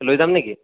লৈ যাম নেকি